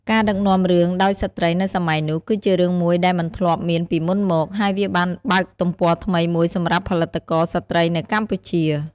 ការដឹកនាំរឿងដោយស្ត្រីនៅសម័យនោះ គឺជារឿងមួយដែលមិនធ្លាប់មានពីមុនមក ហើយវាបានបើកទំព័រថ្មីមួយសម្រាប់ផលិតករស្រ្តីនៅកម្ពុជា។